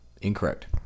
incorrect